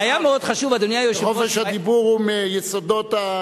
כי חופש הדיבור הוא מיסודות,